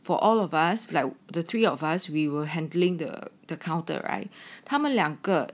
for all of us like the three of us we were handling the the counter right 他们两个